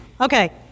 Okay